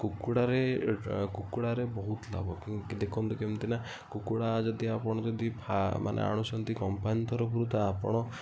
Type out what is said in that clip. କୁକୁଡ଼ାରେ କୁକୁଡ଼ାରେ ବହୁତ ଲାଭ ଦେଖନ୍ତୁ କେମିତି ନା କୁକୁଡ଼ା ଯଦି ଆପଣ ଯଦି ଫାର୍ମ୍ମାନେ ଆଣୁଛନ୍ତି କମ୍ପାନୀ ତରଫରୁ ତ ଆପଣ